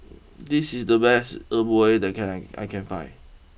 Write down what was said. this is the best E Bua that can I can find